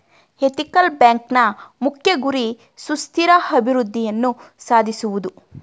ethical ಬ್ಯಾಂಕ್ನ ಮುಖ್ಯ ಗುರಿ ಸುಸ್ಥಿರ ಅಭಿವೃದ್ಧಿಯನ್ನು ಸಾಧಿಸುವುದು